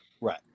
Right